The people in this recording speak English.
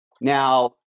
Now